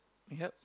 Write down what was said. yup